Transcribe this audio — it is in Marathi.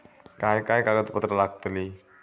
काय काय कागदपत्रा लागतील?